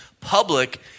public